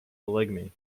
polygamy